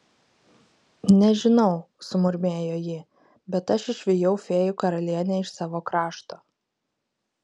nežinau sumurmėjo ji bet aš išvijau fėjų karalienę iš savo krašto